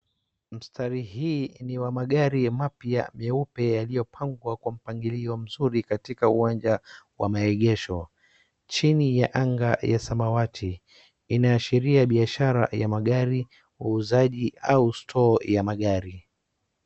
Mstari hii ni wa magari mapya meupe yaliyopangwa kwa mpangilio mzuri katika uwanja wa maegesho chini ya anga ya samawati. Inaashiria biashara ya magari, uuzaji au stoo ya magari